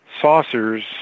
saucers